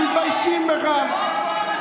מתביישים בך.